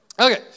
Okay